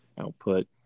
output